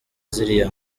ziriya